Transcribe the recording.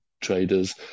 traders